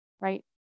right